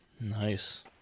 Nice